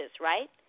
right